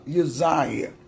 Uzziah